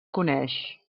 coneix